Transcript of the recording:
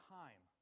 time